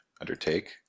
undertake